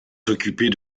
s’occuper